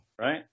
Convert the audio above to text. Right